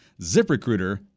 ZipRecruiter